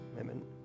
Amen